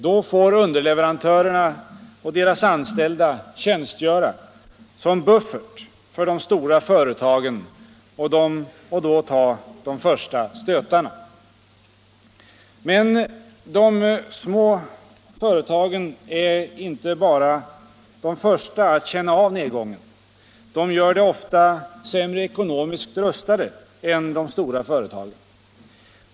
Då får underleverantörerna och deras anställda tjänstgöra som buffert för de stora företagen och ta de första stötarna. Men de små företagen är inte bara de första att känna av nedgången. De gör det ofta sämre ekonomiskt rustade än de stora företagen.